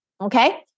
okay